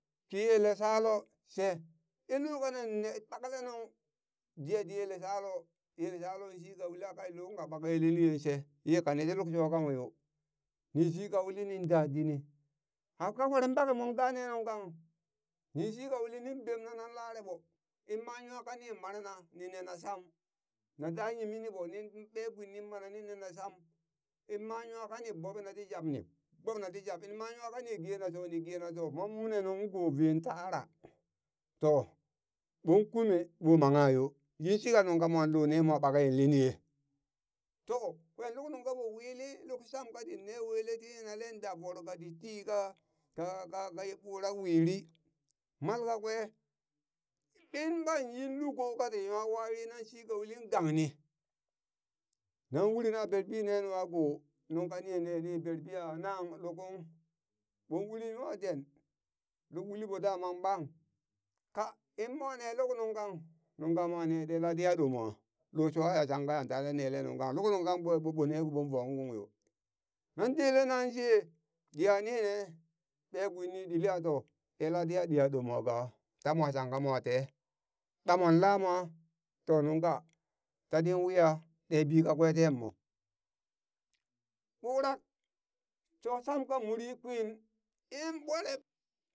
Ki yele shalo, she in lulka nan ne ɓakle nung diya dit yele shalo yele shalo shi ka uli ka ill luhung ka ɓakaye linye she ye kane shi luk sho kang yo ni shika uli ni dadini aka kweren ɓake mon gane ne nung kang ɓang? ni shika uli nin bemna nan lare ɓo inma nwaka ni marna ni nena sham na da yimini ɓo nin ɓe kwin nin mana nin nena sham inma nwaka ni gbobe na ti jab ni gbobna ti jab inma nwaka ni gena sho ni gena sho mon ne nungkung ko veen tara to ɓon kume ɓo mangha yo yinshika nungka monlo ne mo ɓakeye linye to kwen luk nungka ɓo wili luk sham katin ne wele ti yinale da voro kati ti ka ka ka ye burak wili mal kakwe in ɓan yin luko kati nwa wari nan shika ulin gangni nan uri na berbi ne nungha ko nungka nine ni berbi a nang lukung ɓon ulin nwa den luk uli ɓo daman ɓang ka inmo ne luk nungkang nunka mo ne ɗe latɗiha ɗo mwa lo shwaya shanka yan nele nungkang luk nungkangbwe ɓo ne kiɓon vong ung yo nan dele na she geha nine ɓee kwin ni ɗilli a to ɗe latɗi a ɗiha ɗo mwa ka tamwa shangka mwa te ɓa mon lamwa to nungka tatin wiya ɗebi kakwe ten mo ɓurak! sho sham ka muri kwin in ɓwele